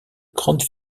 grandes